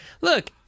Look